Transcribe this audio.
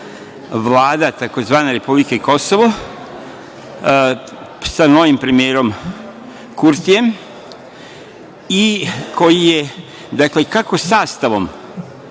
vlada tzv. republike Kosovo sa novim premijerom Kurtijem i koji je kako sastavom